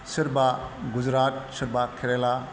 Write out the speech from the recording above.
सोरबा गुजरात सोरबा केरेला